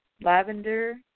lavender